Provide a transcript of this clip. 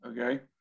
okay